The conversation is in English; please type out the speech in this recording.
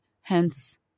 Hence